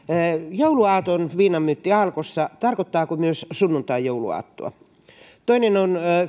jouluaaton viinanmyynti alkossa tarkoittaako myös sunnuntain jouluaattoa toinen on